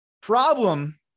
Problem